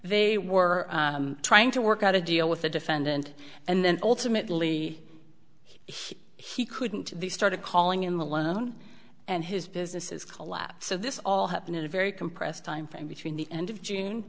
they were trying to work out a deal with the defendant and then ultimately he he couldn't they started calling him alone and his business is collapse so this all happened in a very compressed timeframe between the end of june